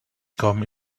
come